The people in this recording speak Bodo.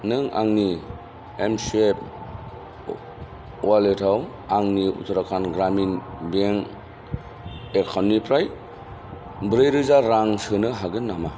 नों आंनि एमसुएप वालेटाव आंनि उत्तराखान्ड ग्रामिन बेंक एकाउन्टनिफ्राइ ब्रै रोजा रां सोनो हागोन नामा